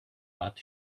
but